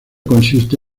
consiste